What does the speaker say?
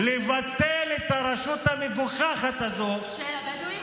לבטל את הרשות המגוחכת הזאת של הבדואים.